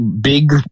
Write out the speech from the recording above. big